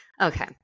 Okay